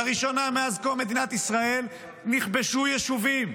לראשונה מאז קום מדינת ישראל נכבשו יישובים,